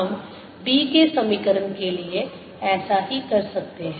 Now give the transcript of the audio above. हम B के समीकरण के लिए ऐसा ही कर सकते हैं